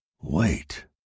Wait